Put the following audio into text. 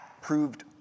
proved